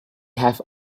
have